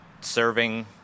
serving